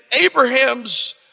Abraham's